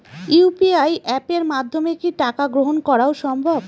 UPI অ্যাপের মাধ্যমে কি টাকা গ্রহণ করাও সম্ভব?